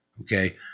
okay